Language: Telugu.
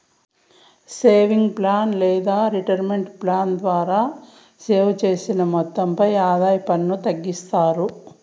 సేవింగ్స్ ప్లాన్ లేదా రిటైర్మెంట్ ప్లాన్ ద్వారా సేవ్ చేసిన మొత్తంపై ఆదాయ పన్ను తగ్గిస్తారు